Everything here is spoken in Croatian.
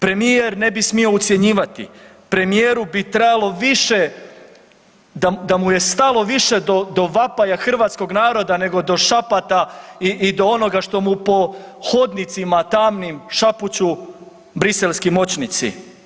Premijer ne bi smio ucjenjivati, premijeru bi trebalo više, da mu je stalo više do vapaja hrvatskog naroda nego do šapata i do onoga što mu po hodnicima tamnim šapuću briselski moćnici.